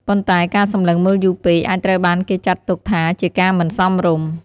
ប៉ុន្តែការសម្លឹងមើលយូរពេកអាចត្រូវបានគេចាត់ទុកថាជាការមិនសមរម្យ។